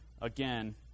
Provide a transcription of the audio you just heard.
again